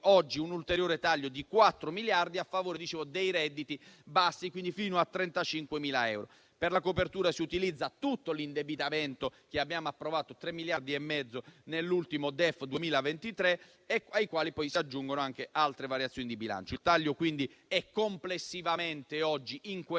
oggi un ulteriore taglio di 4 miliardi di euro a favore dei redditi bassi, quindi fino a 35.000 euro. Per la copertura si utilizza tutto l'indebitamento che abbiamo approvato, pari a 3,5 miliardi di euro nell'ultimo DEF 2023, ai quali poi si aggiungono anche altre variazioni di bilancio. Il taglio è complessivamente, in questo